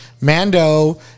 Mando